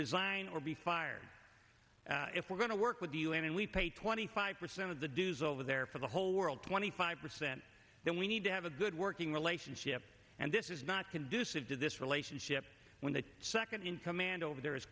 resign or be fired if we're going to work with the u n and we pay twenty five percent of the dues over there for the whole world twenty five percent that we need to have a good working relationship and this is not conducive to this relationship when the second in command over there is